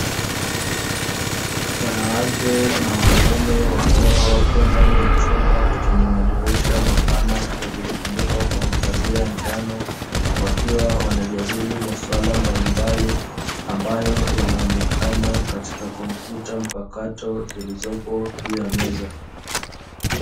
Wanawake na wanaume wakiwa wapo ndani ya chumba chenye madirisha mapana yaliyo funikwa kwa mapazia ya njano, wakiwa wanajadili maswala mbalimbali ambayo yanaonekana katika kompyuta mpakato zilizopo juu ya meza.